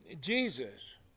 Jesus